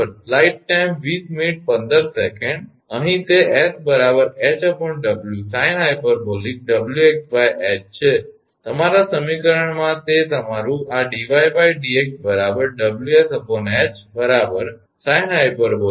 અહીં તે 𝑠 𝐻𝑊sinh𝑊𝑥𝐻 છે તમારા સમીકરણમાં તે તમારું આ 𝑑𝑦𝑑𝑥 𝑊𝑠𝐻 sinh𝑊𝑥𝐻 છે